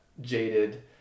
jaded